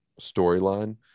storyline